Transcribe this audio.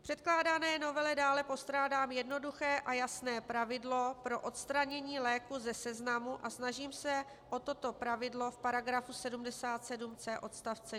V předkládané novele dále postrádám jednoduché a jasné pravidlo pro odstranění léku ze seznamu a snažím se o toto pravidlo v § 77c odst.